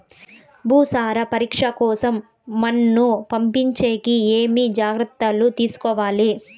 భూసార పరీక్ష కోసం మన్ను పంపించేకి ఏమి జాగ్రత్తలు తీసుకోవాలి?